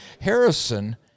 Harrison